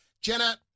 Jenna